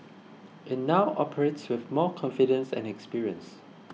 it now operates with more confidence and experience